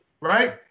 right